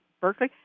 Berkeley